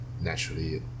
naturally